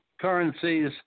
currencies